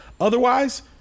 Otherwise